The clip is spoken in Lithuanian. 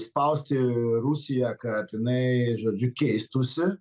spausti rusiją kad jinai žodžiu keistųsi